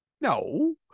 No